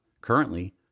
Currently